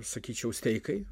sakyčiau steikai